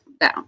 down